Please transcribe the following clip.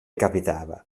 capitava